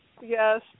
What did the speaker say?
Yes